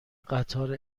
قطار